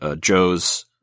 Joe's